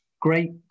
great